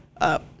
up